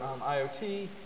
IoT